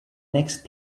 next